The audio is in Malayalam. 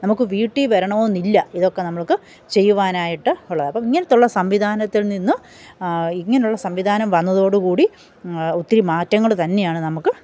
നമുക്ക് വീട്ടിൽ വരണമെന്നില്ല ഇതൊക്കെ നമുക്ക് ചെയ്യുവാനായിട്ട് ഉള്ളത് അപ്പം ഇങ്ങനത്തെ ഉള്ള സംവിധാനത്തില് നിന്ന് ഇങ്ങനെയുള്ള സംവിധാനം വന്നതോടുകൂടി ഒത്തിരി മാറ്റങ്ങൾ തന്നെയാണ് നമുക്ക്